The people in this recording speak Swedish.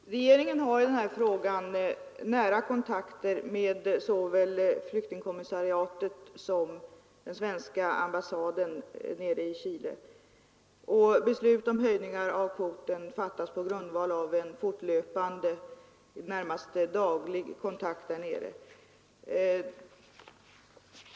Fru talman! Regeringen har i den här frågan nära kontakter med såväl flyktingkommissariatet som den svenska ambassaden nere i Chile. Beslut om höjningar av kvoten fattas på grundval av en fortlöpande, i det närmaste daglig, kontakt.